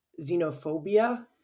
xenophobia